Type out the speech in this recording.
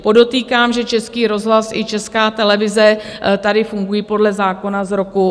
Podotýkám, že Český rozhlas i Česká televize tady fungují podle zákona z roku 1991.